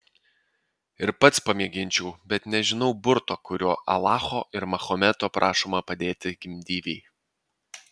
ir pats pamėginčiau bet nežinau burto kuriuo alacho ir mahometo prašoma padėti gimdyvei